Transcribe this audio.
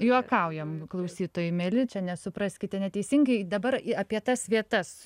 juokaujam klausytojai mieli čia nesupraskite neteisingai dabar apie tas vietas